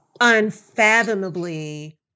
unfathomably